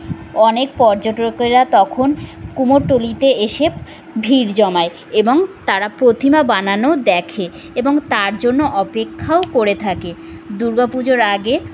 অনেক পর্যটকেরা তখন কুমোরটুলিতে এসে ভিড় জমায় এবং তারা প্রতিমা বানানো দেখে এবং তার জন্য অপেক্ষাও করে থাকে দুর্গা পুজোর আগে